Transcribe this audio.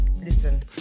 Listen